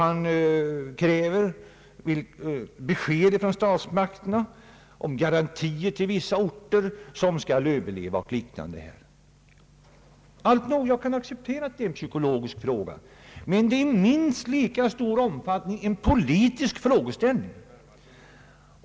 Han kräver besked från statsmakterna om garantier till vissa orter för att de skall kunna överleva. Alltnog, jag kan acceptera att det är en psykologisk fråga, men i minst lika stor omfattning är det en politisk fråga.